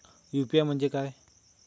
UPI म्हणजे काय?